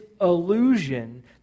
illusion